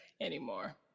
anymore